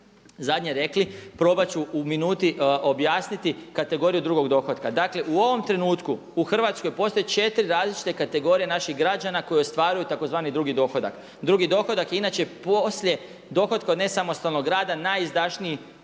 zadnje rekli probat ću u minuti objasniti kategoriju drugog dohotka. Dakle, u ovom trenutku u Hrvatskoj postoje 4 različite kategorije naših građana koje ostvaruju tzv. drugi dohodak. Drugi dohodak je inače poslije dohotka od nesamostalnog rada najizdašniji